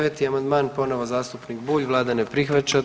9. amandman ponovo zastupnik Bulj, vlada ne prihvaća.